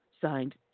Signed